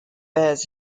bears